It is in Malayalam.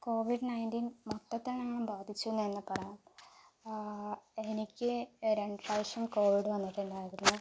കോവിഡ് നൈൻറ്റീൻ മൊത്തത്തിലങ്ങു ബാധിച്ചുവെന്നു തന്നെ പറയണം എനിക്ക് രണ്ടു പ്രാവശ്യം കോവിഡ് വന്നിട്ടുണ്ടായിരുന്നു